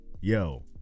Yo